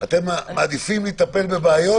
אתם מעדיפים לטפל בבעיות,